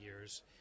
years